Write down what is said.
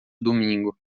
domingo